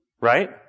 right